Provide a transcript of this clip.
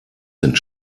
sind